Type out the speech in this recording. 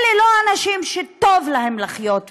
אלה לא אנשים שטוב להם לחיות תחת,